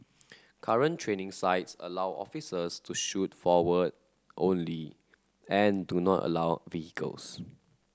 current training sites allow officers to shoot forward only and do not allow vehicles